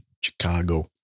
Chicago